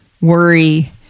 worry